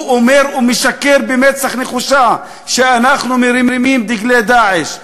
הוא אומר ומשקר במצח נחושה שאנחנו מרימים דגלי "דאעש".